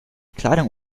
kleidung